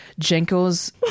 jenkos